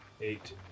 Eight